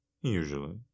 usually